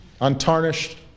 Untarnished